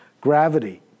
gravity